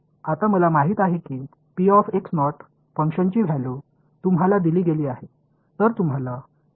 आता मला माहित आहे की फंक्शनची व्हॅल्यू तुम्हाला दिली गेली आहेत